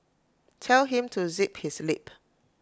tell him to zip his lip